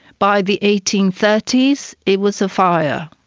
by the eighteen thirty s it was a fire,